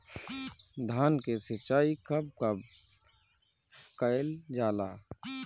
धान के सिचाई कब कब कएल जाला?